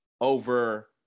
over